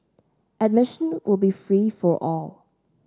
admission will be free for all